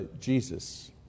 Jesus